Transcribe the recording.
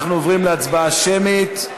אנחנו עוברים להצבעה שמית.